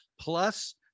plus